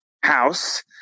house